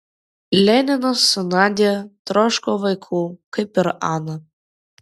leninas su nadia troško vaikų kaip ir ana